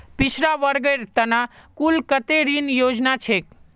पिछड़ा वर्गेर त न कुल कत्ते ऋण योजना छेक